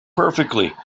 perfectly